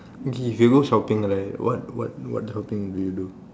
okay if you go shopping right what what shopping will you do